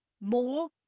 more